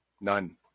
None